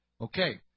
Okay